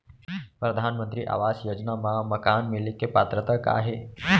परधानमंतरी आवास योजना मा मकान मिले के पात्रता का हे?